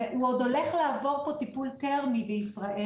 והוא עוד הולך לעבור פה טיפול טרמי בישראל.